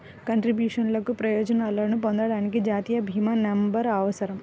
కంట్రిబ్యూషన్లకు ప్రయోజనాలను పొందడానికి, జాతీయ భీమా నంబర్అవసరం